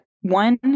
one